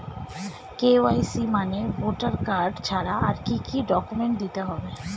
KYC মানে voter card ছাড়া আর কি কি ডকুমেন্ট দিতে হবে?